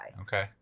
Okay